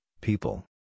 people